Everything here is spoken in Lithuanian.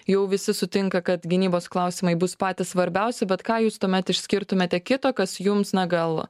jau visi sutinka kad gynybos klausimai bus patys svarbiausi bet ką jūs tuomet išskirtumėte kito kas jums na gal